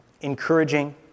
encouraging